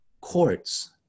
courts